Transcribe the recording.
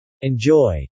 Enjoy